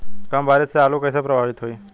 कम बारिस से आलू कइसे प्रभावित होयी?